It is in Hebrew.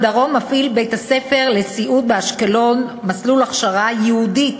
בדרום מפעיל בית-הספר לסיעוד באשקלון מסלול הכשרה ייעודית